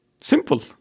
Simple